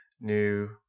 new